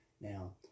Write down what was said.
Now